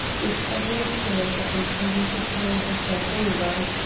with every appearance of intending to throw herself over.